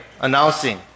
announcing